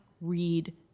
read